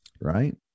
right